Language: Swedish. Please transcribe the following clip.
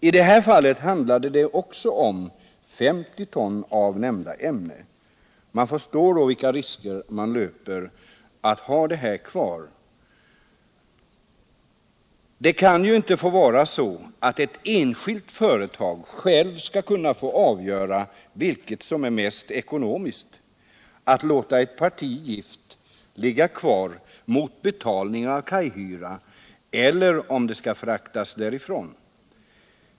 I det här fallet handlade det också om 50 ton av nämnda ämne. Man förstår då vilken risk man löper genom att ha detta parti av gift kvar. Det kan inte få vara så att ett enskilt företag självt skall kunna avgöra vilket som är mest ekonomiskt — att låta ett parti gift ligga kvar mot betalning av kajhyra eller att frakta bort partiet.